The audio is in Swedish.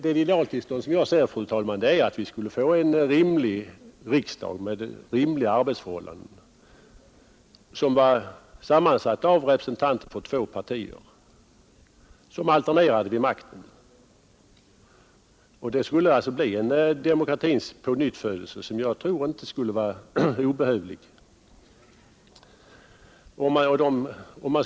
Det idealtillstånd som jag ser, fru talman, är således att vi skulle få en rimligt stor riksdag med rimliga arbetsförhållanden, sammansatt av representanter för två partier som alternerade vid makten. Det skulle bli en demokratins pånyttfödelse som jag tror inte skulle vara obehövlig.